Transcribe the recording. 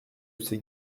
ces